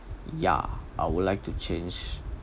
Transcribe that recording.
ya I would like to change